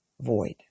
void